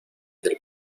del